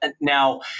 Now